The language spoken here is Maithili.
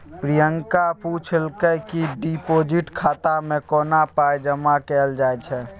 प्रियंका पुछलकै कि डिपोजिट खाता मे कोना पाइ जमा कयल जाइ छै